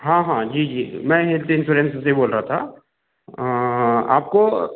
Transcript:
हाँ हाँ जी जी मैं हेल्थ इंसोरेंस से बोल रहा था आपको